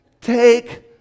Take